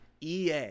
EA